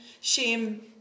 Shame